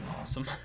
awesome